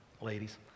ladies